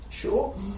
sure